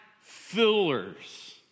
fillers